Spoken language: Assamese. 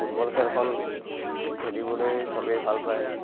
ফুটবল খেলখন খেলিবলৈ চবেই ভাল পায়